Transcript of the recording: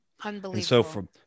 Unbelievable